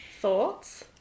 thoughts